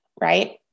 right